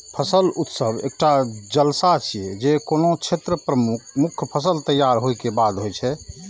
फसल उत्सव एकटा जलसा छियै, जे कोनो क्षेत्रक मुख्य फसल तैयार होय के बाद होइ छै